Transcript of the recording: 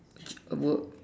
a word